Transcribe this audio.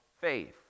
faith